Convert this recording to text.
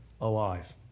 alive